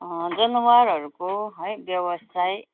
जनवारहरूको है व्यवसाय